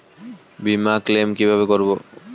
বিমা ক্লেম কিভাবে করব?